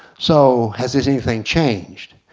so has anything changed?